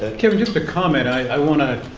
ah kevin, just a comment. i want to